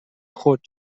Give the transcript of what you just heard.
خرد